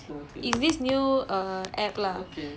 last night we were all playing among us